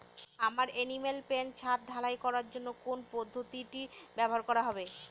আমার animal pen ছাদ ঢালাই করার জন্য কোন পদ্ধতিটি ব্যবহার করা হবে?